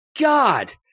God